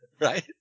Right